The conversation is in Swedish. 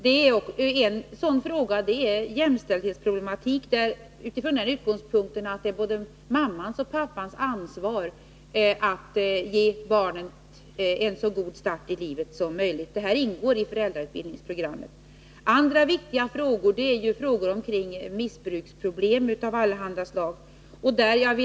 En sådan fråga är jämställdhetsproblematiken från den utgångspunkten att det är både mammans och pappans ansvar att ge barnen en så god start som möjligt i livet. Detta ingår i föräldrautbildningsprogrammet. Andra viktiga frågor är missbruksproblem av allehanda slag.